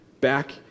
back